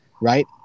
right